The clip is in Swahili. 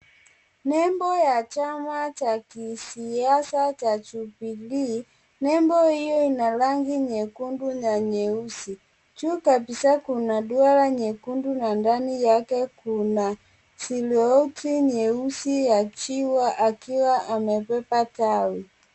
Nembo ya chama cha kisiasa cha Jubilee, nembo hiyo ina rangi nyekundu na nyeusi, juu kabisa kuna duara nyekundu na ndani yake kuna sirioti nyeusi ya jiwa akiwa amebeba tawi.